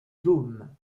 dôme